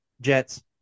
Jets